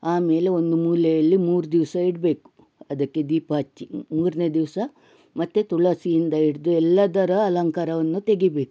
ಆಮೇಲೆ ಒಂದು ಮೂಲೆಯಲ್ಲಿ ಮೂರು ದಿವಸ ಇಡಬೇಕು ಅದಕ್ಕೆ ದೀಪ ಹಚ್ಚಿ ಮೂರನೇ ದಿವಸ ಮತ್ತೆ ತುಳಸಿಯಿಂದ ಹಿಡಿದು ಎಲ್ಲದರ ಅಲಂಕಾರವನ್ನು ತೆಗಿಬೇಕು